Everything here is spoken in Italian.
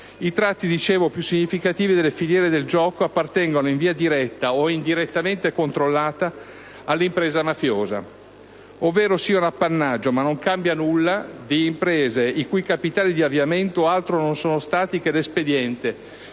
i tratti più significativi delle filiere del gioco appartengano, in via diretta o indirettamente controllata, all'impresa mafiosa ovvero siano appannaggio - ma non cambia nulla - di imprese i cui capitali di avviamento altro non sono stati che l'espediente,